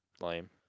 Lame